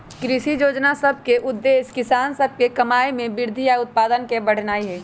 कृषि जोजना सभ के उद्देश्य किसान सभ के कमाइ में वृद्धि आऽ उत्पादन के बढ़ेनाइ हइ